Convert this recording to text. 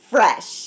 Fresh